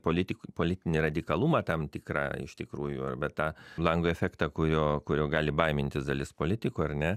politik politinį radikalumą tam tikrą iš tikrųjų arba tą lango efektą kurio kurio gali baimintis dalis politikų ar ne